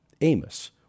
Amos